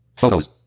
Photos